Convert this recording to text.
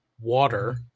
water